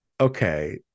Okay